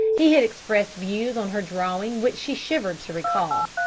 he had expressed views on her drawing which she shivered to recall.